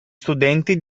studenti